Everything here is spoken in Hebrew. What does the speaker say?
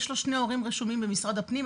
יש לו שני הורים רשומים במשרד הפנים,